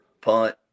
punt